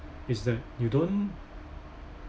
is that you don't